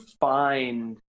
find